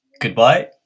goodbye